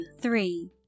three